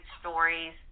stories